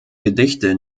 gedichte